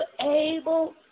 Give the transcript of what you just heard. able